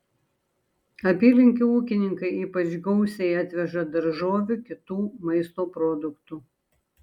apylinkių ūkininkai ypač gausiai atveža daržovių kitų maisto produktų